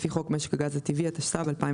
לפי חוק משק הגז הטבעי, התשס"ב 2002."